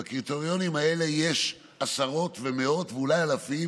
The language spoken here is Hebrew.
בקריטריונים האלה יש עשרות ומאות ואולי אלפים